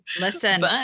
Listen